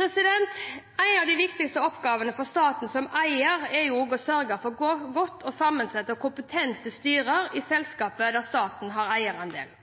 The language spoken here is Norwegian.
En av de viktigste oppgavene for staten som eier er å sørge for gode, sammensatte og kompetente styrer i selskaper der staten har eierandel.